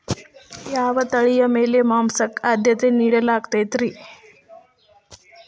ಯಾವ ತಳಿಯ ಮೇಕೆ ಮಾಂಸಕ್ಕ, ಆದ್ಯತೆ ನೇಡಲಾಗತೈತ್ರಿ?